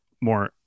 more